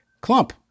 clump